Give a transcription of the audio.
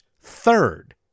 third